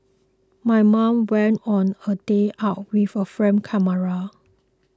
my mom went on a day out with a film camera